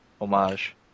homage